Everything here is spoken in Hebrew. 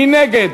מי נגד?